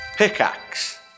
Pickaxe